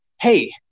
hey